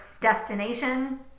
destination